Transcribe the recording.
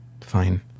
Fine